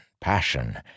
passion